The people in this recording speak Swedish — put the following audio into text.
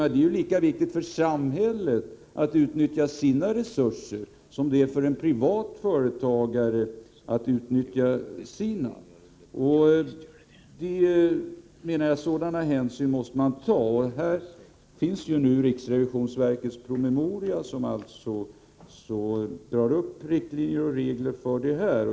Det är lika viktigt för samhället att utnyttja sina resurser som det är för en privat företagare att utnyttja sina. Sådana hänsyn måste man ta. I riksrevisionsverkets promemoria dras upp riktlinjer och regler för detta.